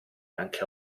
anche